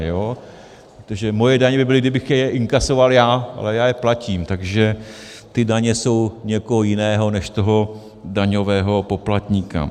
Protože moje daně by byly, kdybych je inkasoval já, ale já je platím, takže ty daně jsou někoho jiného než toho daňového poplatníka.